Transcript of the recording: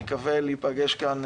נקווה להיפגש כאם,